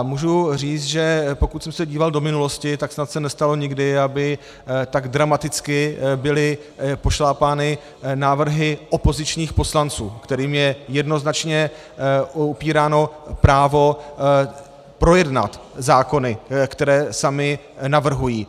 Mohu říci, pokud jsem se díval do minulosti, tak snad se nestalo nikdy, aby tak dramaticky byly pošlapány návrhy opozičních poslanců, kterým je jednoznačně upíráno právo projednat zákony, které sami navrhují.